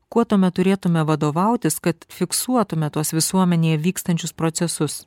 kuo tuomet turėtume vadovautis kad fiksuotume tuos visuomenėje vykstančius procesus